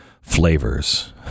flavors